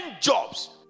jobs